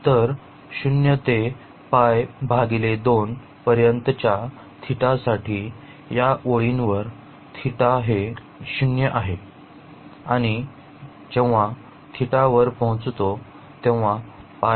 तर पर्यंतच्या θ साठी या ओळीवर θ हे 0 आहे आणि जेव्हा θ वर पोहोचतो तेव्हा आहे